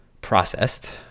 processed